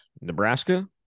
Nebraska